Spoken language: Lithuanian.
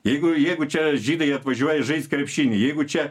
jeigu jeigu čia žydai atvažiuoja žaist krepšinį jeigu čia